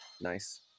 Nice